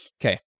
okay